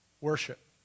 worship